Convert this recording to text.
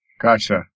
Gotcha